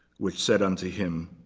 which said unto him,